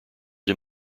him